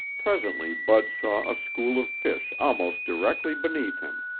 presently bud saw a school of fish almost directly beneath him.